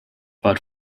but